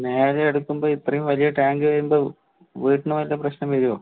നേരെ എടുക്കുമ്പോൾ ഇത്രെയും വലിയ ടാങ്കായകൊണ്ട് വീടിന് വല്ല പ്രശ്നം വരുമോ